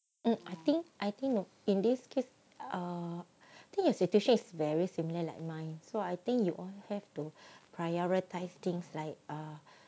mm I think I think in this case ah I think your situation is very similar like mine so I think you have to prioritise things like ah